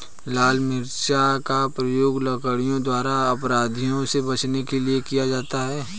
लाल मिर्च का प्रयोग लड़कियों द्वारा अपराधियों से बचने के लिए भी किया जाता है